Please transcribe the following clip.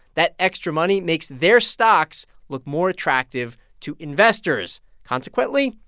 that extra money makes their stocks look more attractive to investors. consequently,